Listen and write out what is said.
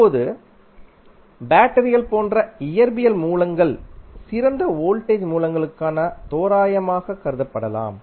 இப்போது பேட்டரிகள் போன்ற இயற்பியல் மூலங்கள் சிறந்த வோல்டேஜ் மூலங்களுக்கான தோராயமாகக் கருதப்படலாம்